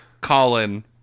Colin